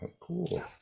cool